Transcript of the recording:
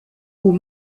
aux